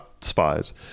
spies